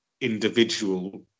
individual